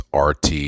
RT